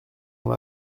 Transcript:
l’on